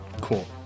cool